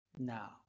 now